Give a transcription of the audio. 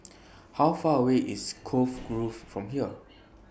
How Far away IS Cove Grove from here